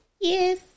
Yes